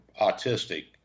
autistic